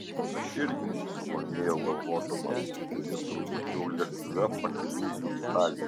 aš irgi sumurmėjau galvodamas kad jis turbūt jau lėktuve pakeliui į italiją